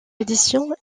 édition